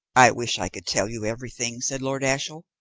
i wish i could tell you everything, said lord ashiel,